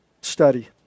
study